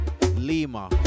Lima